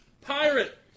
Pirate